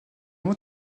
mot